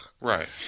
Right